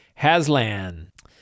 Haslan